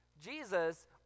jesus